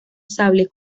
sable